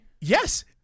Yes